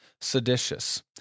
seditious